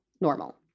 normal